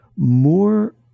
More